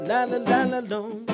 La-la-la-la-long